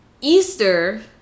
easter